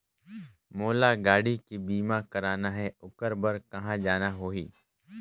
मोला गाड़ी के बीमा कराना हे ओकर बार कहा जाना होही?